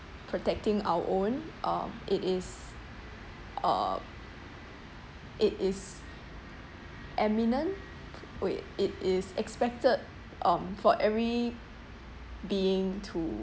protecting our own uh it is uh it is eminent wait it is expected um for every being too